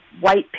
white